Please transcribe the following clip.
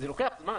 לוקחים זמן.